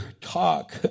talk